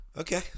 Okay